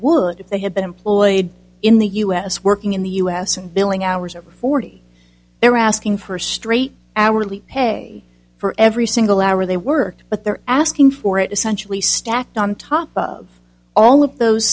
would if they had been employed in the u s working in the u s and billing hours or forty they're asking for straight hourly pay for every single hour they work but they're asking for it essentially stacked on top of all of those